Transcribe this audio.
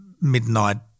midnight